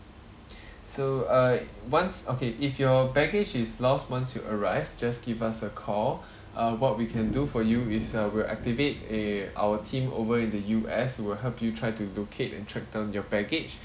so uh once okay if your baggage is lost once you arrived just give us a call uh what we can do for you is uh we'll activate a our team over in the U_S will help you try to locate and track down your baggage